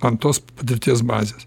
ant tos patirties bazės